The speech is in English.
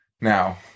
Now